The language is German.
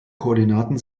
koordinaten